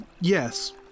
yes